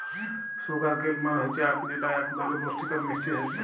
sugar কেল মাল হচ্যে আখ যেটা এক ধরলের পুষ্টিকর মিষ্টি শস্য